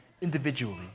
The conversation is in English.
individually